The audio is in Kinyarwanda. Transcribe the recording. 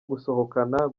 gusohokana